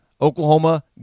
Oklahoma